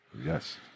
Yes